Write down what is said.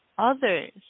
Others